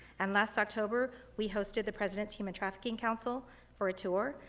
and last october, we hosted the president's human trafficking council for a tour.